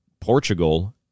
Portugal